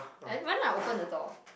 and when I open the door